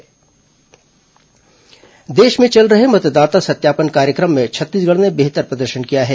मतदाता सत्यापन देश में चल रहे मतदाता सत्यापन कार्यक्रम में छत्तीसगढ़ ने बेहतर प्रदर्शन किया है